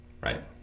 right